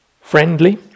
friendly